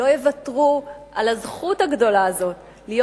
שלא יוותרו על הזכות הגדולה הזאת להיות